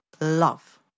love